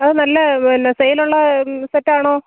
അത് നല്ല പിന്നെ സെയില് ഉള്ള സെറ്റ് ആണോ